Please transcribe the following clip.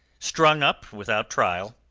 strung up without trial,